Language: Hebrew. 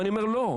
ואני אומר: לא.